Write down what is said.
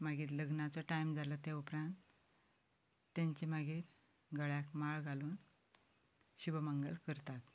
मागीर लग्नाचो टायम जालो ते उपरांत तांचें मागीर गळ्यांत माळ घालून शुभ मंगळ करतात